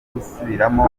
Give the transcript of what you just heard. gusubiramo